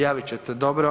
Javit ćete, dobro.